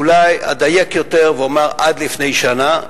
אולי אדייק יותר ואומר: עד לפני שנה,